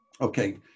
Okay